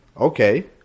Okay